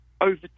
over